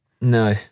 No